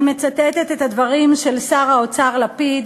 אני מצטטת את הדברים של שר האוצר לפיד,